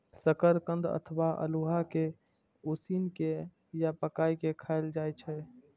शकरकंद अथवा अल्हुआ कें उसिन के या पकाय के खायल जाए छै